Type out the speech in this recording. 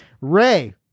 ray